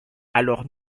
alors